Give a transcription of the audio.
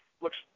looks